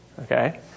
Okay